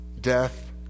death